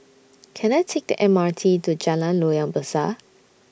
Can I Take The M R T to Jalan Loyang Besar